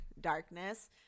darkness